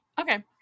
Okay